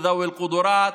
בנותינו ומשפחותינו.